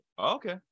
okay